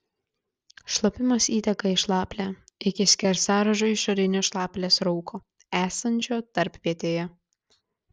šlapimas įteka į šlaplę iki skersaruožio išorinio šlaplės rauko esančio tarpvietėje